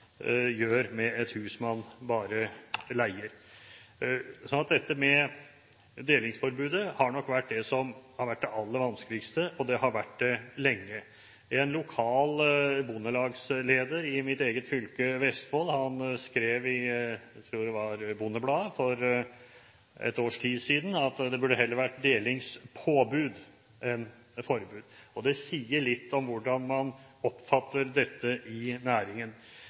gjør med et hus man bare leier. Så dette med delingsforbudet er nok det som har vært det aller vanskeligste, og det har vært det lenge. En lokal bondelagsleder i mitt eget fylke, Vestfold, skrev i Bondebladet, tror jeg det var, for ett års tid siden at det burde heller vært delingspåbud enn -forbud. Det sier litt om hvordan man oppfatter dette i næringen.